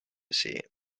seat